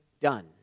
done